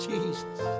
Jesus